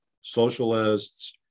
socialists